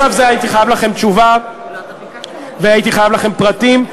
הייתי חייב לכם תשובה והייתי חייב לכם פרטים.